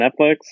Netflix